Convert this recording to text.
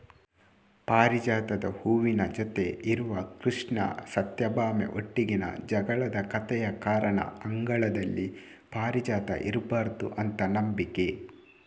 ಪಾರಿಜಾತದ ಹೂವಿನ ಜೊತೆ ಇರುವ ಕೃಷ್ಣ ಸತ್ಯಭಾಮೆ ಒಟ್ಟಿಗಿನ ಜಗಳದ ಕಥೆಯ ಕಾರಣ ಅಂಗಳದಲ್ಲಿ ಪಾರಿಜಾತ ಇರ್ಬಾರ್ದು ಅಂತ ನಂಬಿಕೆ